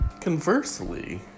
Conversely